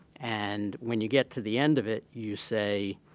and when you get to the end of it, you say,